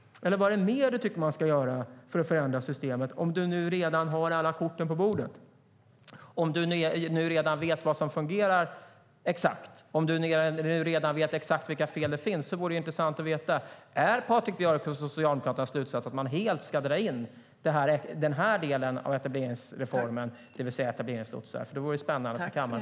Vad mer är det du tycker att man ska göra för att förändra systemet, om du nu har alla korten på bordet? Om du vet vad som fungerar och exakt vilka fel som finns vore det intressant att veta om din och Socialdemokraternas slutsats är att man helt ska dra in denna del av etableringsreformen, alltså etableringslotsarna.